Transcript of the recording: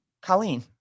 Colleen